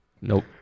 Nope